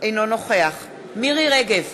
אינו נוכח מירי רגב,